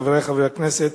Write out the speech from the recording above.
חברי חברי הכנסת,